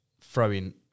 throwing